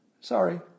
Sorry